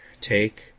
take